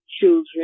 children